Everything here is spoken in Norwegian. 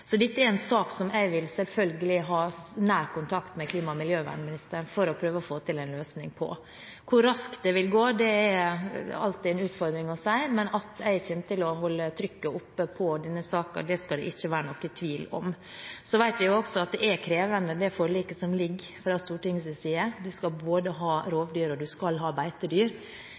Dette er en sak der jeg selvfølgelig vil ha nær kontakt med klima- og miljøministeren for å prøve å få til en løsning. Hvor raskt det vil gå, er alltid en utfordring å si. Men at jeg kommer til å holde trykket oppe i denne saken, skal det ikke være noen tvil om. Så vet vi også at i forliket som ligger fra Stortingets side – du skal ha både